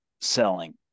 selling